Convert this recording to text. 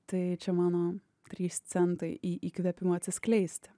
tai čia mano trys centai į įkvėpimą atsiskleisti